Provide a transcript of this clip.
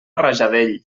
rajadell